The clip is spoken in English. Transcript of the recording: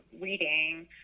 reading